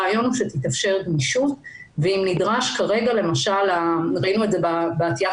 הרעיון הוא שתתאפשר גמישות ואם נדרש כרגע למשל ראינו את זה בעטיית